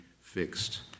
fixed